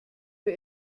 für